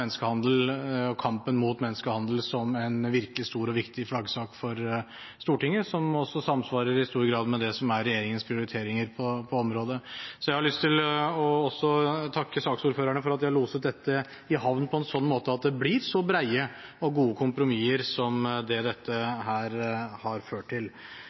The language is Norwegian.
løftet opp kampen mot menneskehandel som en virkelig stor og viktig flaggsak for Stortinget, noe som også samsvarer i stor grad med det som er regjeringens prioriteringer på området. Jeg har også lyst til å takke saksordførerne for at de har loset dette i havn på en slik måte at det blir så brede og gode kompromisser som det dette har ført til.